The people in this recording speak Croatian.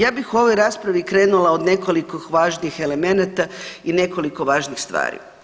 Ja bih u ovoj raspravi krenula od nekoliko važnih elemenata i nekoliko važnih stvari.